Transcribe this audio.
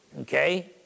Okay